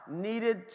needed